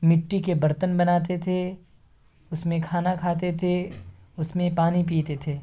مٹی کے برتن بناتے تھے اس میں کھانا کھاتے تھے اس میں پانی پیتے تھے